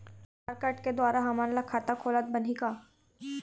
आधार card के द्वारा हमन ला खाता खोलत बनही का?